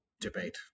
debate